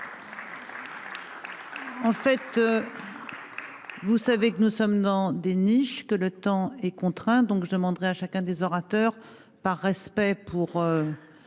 le texte. Vous savez que nous sommes dans des niches que le temps est contraint donc je demanderai à chacun des orateurs. Par respect pour.